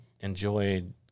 enjoyed